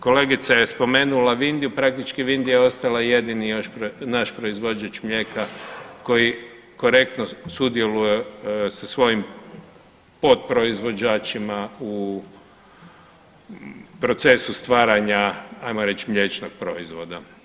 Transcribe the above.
Kolegica je spomenula Vindiju, praktički Vindija je ostala jedini još naš proizvođač mlijeka koji korektno sudjeluje sa svojim podproizvođačima u procesu stvaranja hajmo reći mliječnog proizvoda.